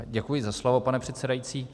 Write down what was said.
Děkuji za slovo, pane předsedající.